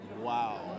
Wow